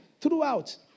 throughout